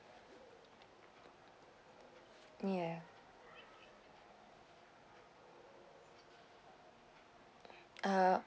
ya uh